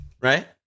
Right